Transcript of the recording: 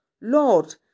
Lord